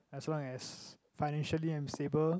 as long as financially I'm stable